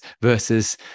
versus